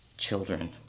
Children